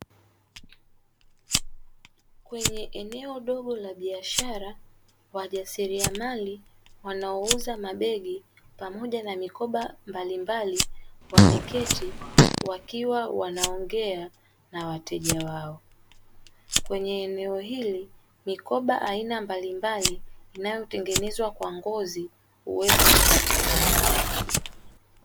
Kwenye eneo dogo la biashara wajasiriamali wanaouza mabegi pamoja na mikoba mbalimbali wameketi wakiwa wanaongea na wateja wao. Kwenye eneo hili mikoba aina mbalimbali inayotengenezwa kwa ngozi huweza kupatikana.